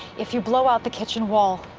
if you blow out the kitchen wall,